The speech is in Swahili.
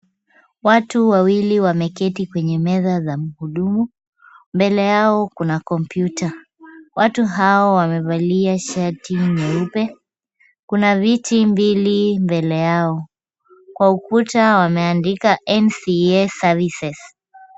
Watu wawili wameketi kwenye meza za mhudumu. Mbele yao kuna kompyuta. Watu hao wamevalia shati nyeupe. Kuna viti mbili mbele yao. Kwa ukuta wameandika NCA services .